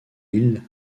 île